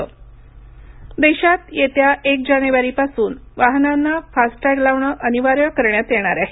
FASTag देशात येत्या एक जानेवारीपासून वाहनांना फास्टटॅग लावणं अनिवार्य करण्यात येणार आहे